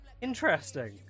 Interesting